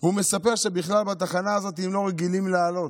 הוא מספר שבכלל בתחנה הזאת הם לא רגילים לעלות.